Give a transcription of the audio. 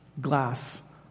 glass